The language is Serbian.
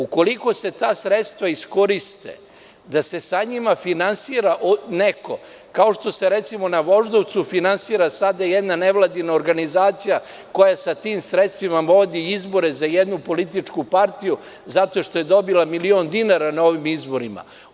Ukoliko se ta sredstva iskoriste, da se sa njima finansira neko, kao što se, recimo, na Voždovcu finansira sada jedna nevladina organizacija koja sa tim sredstvima vodi izbore za jednu političku partiju zato što je dobila milion dinara na ovim izborima.